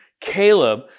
Caleb